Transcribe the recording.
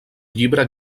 llibre